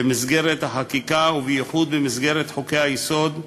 במסגרת החקיקה ובייחוד במסגרת חוקי-היסוד,